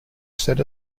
set